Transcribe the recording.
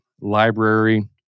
library